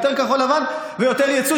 יותר כחול-לבן ויותר יצוא,